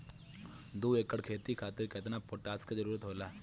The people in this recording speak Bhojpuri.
दु एकड़ खेती खातिर केतना पोटाश के जरूरी होला?